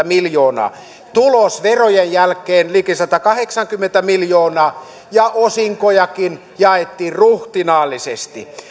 miljoonaa tulos verojen jälkeen liki satakahdeksankymmentä miljoonaa ja osinkojakin jaettiin ruhtinaallisesti